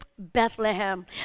Bethlehem